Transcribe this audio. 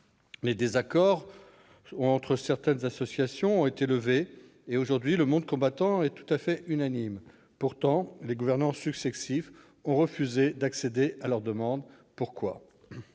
Les désaccords entre certaines associations ont été levés, et le monde combattant est maintenant unanime. Pourtant, les gouvernements successifs ont refusé d'accéder à leurs demandes. Pourquoi ?